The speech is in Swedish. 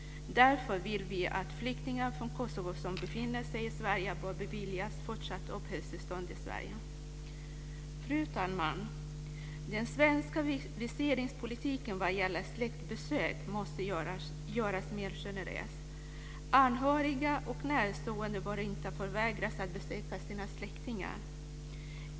Därför vill vi att flyktingar från Kosovo som befinner sig i Sverige bör beviljas fortsatt uppehållstillstånd i Sverige. Fru talman! Den svenska viseringspolitiken vad gäller släktbesök måste göras mer generös. Anhöriga och närstående bör inte förvägras att besöka sina släktingar.